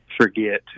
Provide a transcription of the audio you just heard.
forget